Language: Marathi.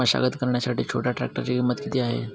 मशागत करण्यासाठी छोट्या ट्रॅक्टरची किंमत किती आहे?